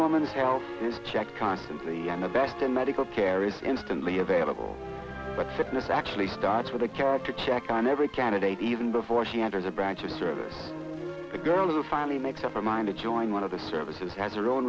woman's health is checked constantly and the best in medical care is instantly available but sickness actually starts with a character check on every candidate even before she enters a branch of service the girl who finally makes up her mind to join one of the services has their own